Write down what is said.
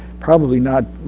probably not